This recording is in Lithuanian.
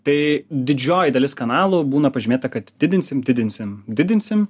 tai didžioji dalis kanalų būna pažymėta kad didinsim didinsim didinsim